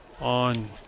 on